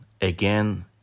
again